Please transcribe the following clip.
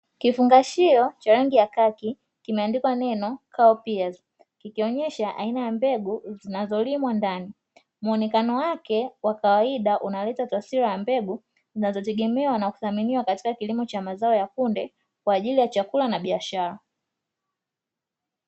Kifungashio cha wengi ya kati kimeandikwa neno Kaopiazi kikionyesha aina ya mbegu zinazolimwa ndani. Muonekano wake wa kawaida unaleta taswira ya mbegu zinazotegemea na kuthaminiwa katika kilimo cha mazao ya kunde kwa ajili ya chakula na biashara.